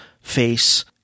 face